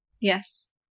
Yes